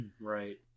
Right